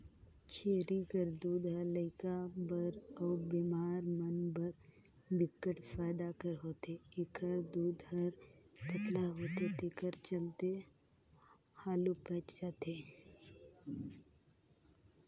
छेरी कर दूद ह लइका बर अउ बेमार मन बर बिकट फायदा कर होथे, एखर दूद हर पतला होथे तेखर चलते हालु पयच जाथे